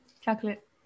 chocolate